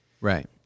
right